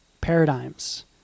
paradigms